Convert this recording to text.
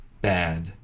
bad